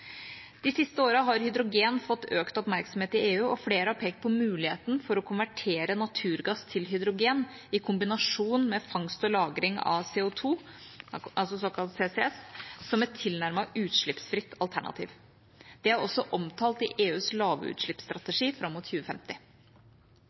De siste årene har hydrogen fått økt oppmerksomhet i EU, og flere har pekt på muligheten for å konvertere naturgass til hydrogen i kombinasjon med fangst og lagring av CO2, såkalt CCS, som et tilnærmet utslippsfritt alternativ. Det er også omtalt i EUs